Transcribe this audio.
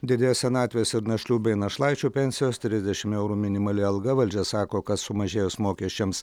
didės senatvės ir našlių bei našlaičių pensijos trisdešim eurų minimali alga valdžia sako kad sumažėjus mokesčiams